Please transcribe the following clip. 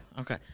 Okay